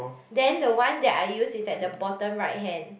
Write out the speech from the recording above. then the one that I use is at the bottom right hand